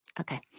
Okay